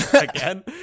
Again